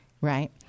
Right